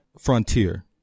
frontier